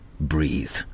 breathe